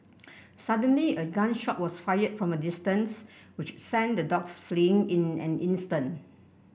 suddenly a gun shot was fired from a distance which sent the dogs fleeing in an instant